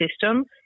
system